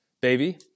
baby